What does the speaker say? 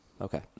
Okay